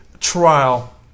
trial